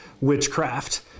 witchcraft